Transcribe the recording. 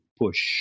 push